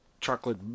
chocolate